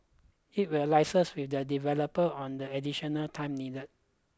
it will liaise with the developer on the additional time needed